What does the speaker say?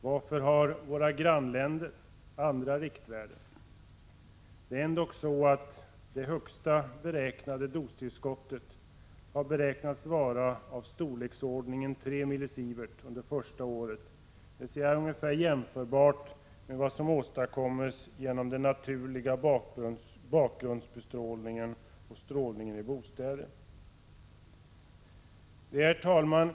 Varför har våra grannländer andra riktvärden? Det högsta dostillskottet har beräknats vara 3 mSv under första året, vilket är ungefär jämförbart med vad som åstadkoms genom den naturliga bakgrundsbestrålningen och strålningen i bostäder. Herr talman!